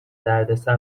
دردسر